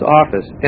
office